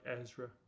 Ezra